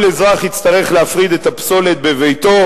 כל אזרח יצטרך להפריד את הפסולת בביתו,